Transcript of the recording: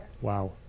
Wow